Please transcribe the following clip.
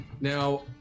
Now